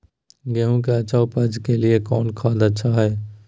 गेंहू के अच्छा ऊपज के लिए कौन खाद अच्छा हाय?